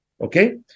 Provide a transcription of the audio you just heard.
okay